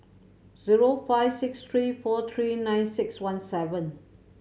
zero five six three four three nine six one seven